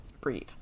breathe